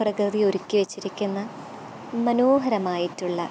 പ്രകൃതി ഒരുക്കി വെച്ചിരിക്കുന്ന മനോഹരമായിട്ടുള്ള